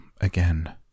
again